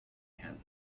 help